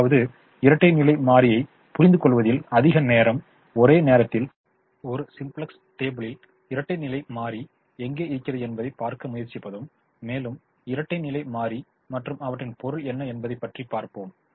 அதாவது இரட்டை நிலை மாறியை புரிந்துகொள்வதில் அதிக நேரம் ஒரே நேரத்தில் ஒரு சிம்ப்ளக்ஸ் டேபிளில் இரட்டை நிலை மாறி எங்கே இருக்கிறது என்பதைப் பார்க்க முயற்சிப்பதும் மேலும் இரட்டை நிலை மாறி மற்றும் அவற்றின் பொருள் என்ன என்பதை பார்ப்போம்